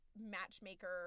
matchmaker